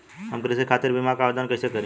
हम कृषि खातिर बीमा क आवेदन कइसे करि?